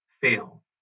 fail